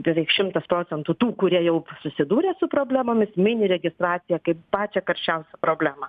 beveik šimtas procentų tų kurie jau susidūrė su problemomis mini registraciją kaip pačią karščiausią problemą